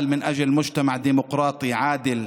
אני פועל למען חברה דמוקרטית, צודקת,